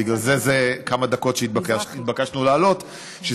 בגלל זה התבקשנו לעלות לכמה דקות,